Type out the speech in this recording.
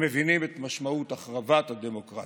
הם מבינים את משמעות החרבת הדמוקרטיה.